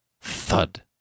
Thud